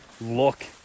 look